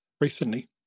recently